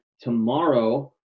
tomorrow